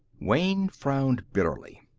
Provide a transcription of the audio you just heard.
wayne frowned bitterly.